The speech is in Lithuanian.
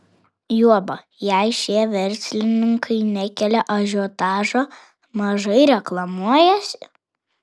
juoba jei šie verslininkai nekelia ažiotažo mažai reklamuojasi